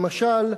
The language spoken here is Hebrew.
למשל,